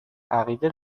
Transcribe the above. عقیده